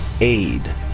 aid